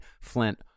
Flint